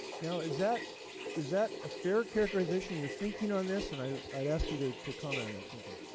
now, is that is that a fair characterization, you are thinking on this? and i i would ask you to to comment on and that thinking.